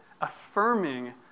affirming